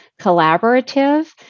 collaborative